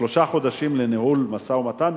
שלושה חודשים לניהול משא-ומתן,